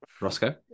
Roscoe